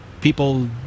people